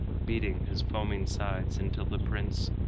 beating his foaming sides until the prince,